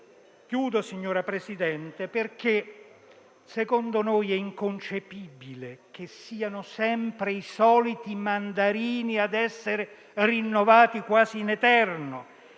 signor Presidente, secondo noi è inconcepibile che siano sempre i soliti mandarini a essere rinnovati quasi in eterno.